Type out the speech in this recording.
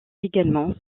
également